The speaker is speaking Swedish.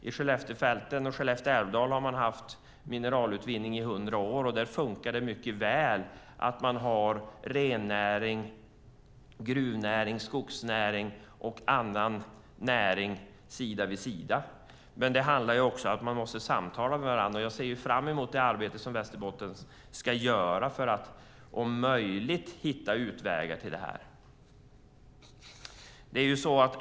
I Skelleftefälten och i Skellefte älvdal har man haft mineralutvinning i 100 år, och där funkar det mycket väl att ha rennäring, gruvnäring, skogsnäring och annan näring sida vid sida. Men man måste också samtala med varandra, och jag ser fram emot det arbete som Västerbotten ska göra för att om möjligt hitta utvägar här.